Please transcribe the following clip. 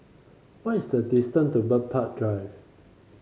what is the distance to Bird Park Drive